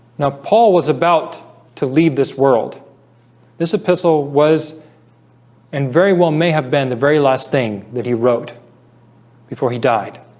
now paul was about to leave this world this epistle was and very well may have been the very last thing that he wrote before he died